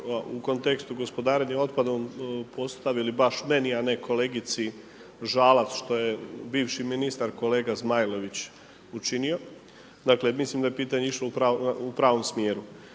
u kontekstu gospodarenja otpadom postavili baš meni, a ne kolegici Žalac što je bivši ministar kolega Zmajlović učinio. Dakle mislim da je pitanje išlo u pravom smjeru.